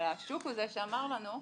אבל השוק הוא זה שאמר לנו,